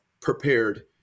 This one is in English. prepared